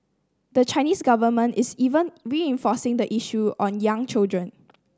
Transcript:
the Chinese government is even reinforcing the issue on young children